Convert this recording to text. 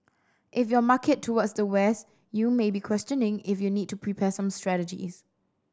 if your market towards the West you may be questioning if you need to prepare some strategies